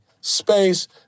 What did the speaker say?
Space